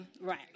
Right